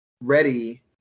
ready